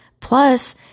Plus